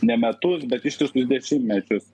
ne metus bet ištisus dešimtmečius